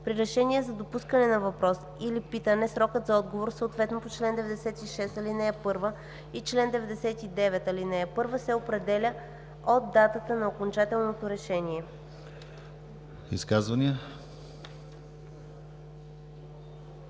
При решение за допускане на въпрос или питане срокът за отговор, съответно по чл. 96, ал. 1 и чл. 99, ал. 1, се определя от датата на окончателното решение.“